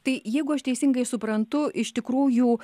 tai jeigu aš teisingai suprantu iš tikrųjų